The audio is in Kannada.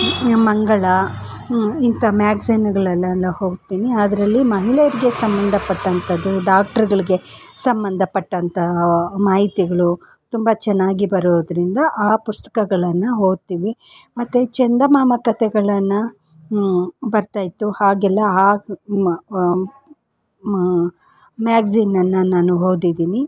ಮಂಗಳ ಇಂಥ ಮ್ಯಾಗ್ಜಿನ್ಗಳೆಲ್ಲಾ ಓದ್ತೀನಿ ಅದರಲ್ಲಿ ಮಹಿಳೆಯರಿಗೆ ಸಂಬಂಧಪಟ್ಟಂತದ್ದು ಡಾಕ್ಟ್ರ್ಗಳಿಗೆ ಸಂಬಂಧಪಟ್ಟಂತಹ ಮಾಹಿತಿಗಳು ತುಂಬ ಚೆನ್ನಾಗಿ ಬರೋದರಿಂದ ಆ ಪುಸ್ತಕಗಳನ್ನು ಓದ್ತೀವಿ ಮತ್ತು ಚಂದಮಾಮ ಕತೆಗಳನ್ನು ಬರ್ತಾ ಇತ್ತು ಆಗೆಲ್ಲಾ ಆ ಮ್ಯಾಗ್ಜಿನ್ನನ್ನು ನಾನು ಓದಿದ್ದೀನಿ